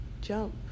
jump